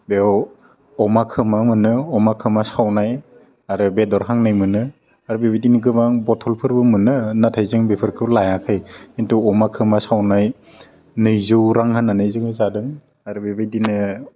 बेयाव अमा खोमा मोनो अमा खोमा सावनाय आरो बेदर हांनाय मोनो आर बेबायदिनो गोबां बटलफोरबो मोनो नाथाय जों बेफोरखौ लायाखै खिन्थु अमा खोमा सावनाय नैजौ रां होनानै जोङो जादों आरो बेबायदिनो